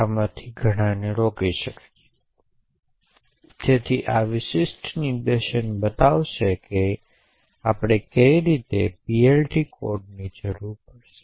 તેથી timing function rdtsc દ્વારા કરવામાં આવે છે